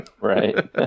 Right